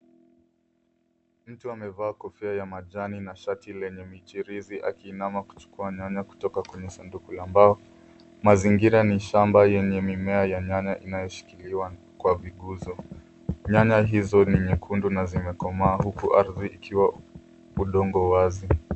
Mtu amevaa kofia ya majani na shati lenye michirizi akiinama kuchukua nyanya kutoka kwenye sanduku la mbao. Mazingira ni shamba yenye mimea ya nyanya inayoshikiliwa kwa viguzo. Nyanya hizo ni nyekundu na zimekomaa huku ardhi ikiwa udongo wazi.